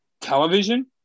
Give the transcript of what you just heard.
television